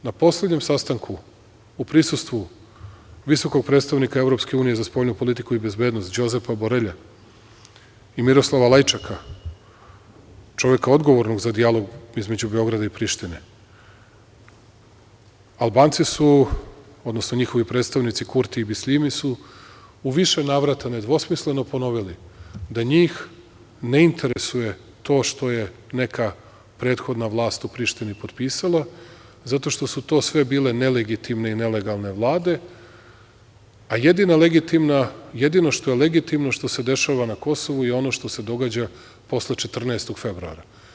Na poslednjem sastanku u prisustvu visokog predstavnika EU za spoljnu politiku i bezbednost Đozepa Borelja i Miroslava Lajčeka, čoveka odgovornog za dijalog između Beograda i Prištine, Albanci su, odnosno njihovi predstavnici Kurti i Bisljimi su, u više navrata nedvosmisleno ponovili da njih ne interesuje to što je neka prethodna vlast u Prištini potpisala, zato što su to sve bile nelegitimne i nelegalne vlade, a jedina legitimna, jedino što je legitimno, što se dešava na Kosovu i ono što se događa posle 14. februara.